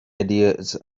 ideas